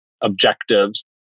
objectives